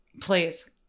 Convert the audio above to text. Please